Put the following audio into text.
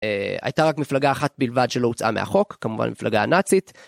הייתה רק מפלגה אחת בלבד שלא הוצאה מהחוק, כמובן המפלגה הנאצית.